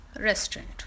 restaurant